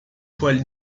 poil